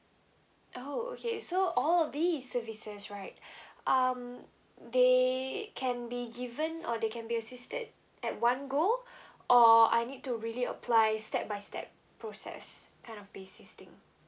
oh okay so all of these services right um they can be given or they can be assisted at one goal or I need to really apply step by step process kind of basis thing